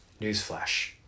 newsflash